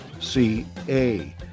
C-A